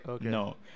No